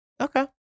Okay